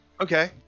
Okay